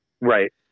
Right